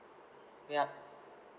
yup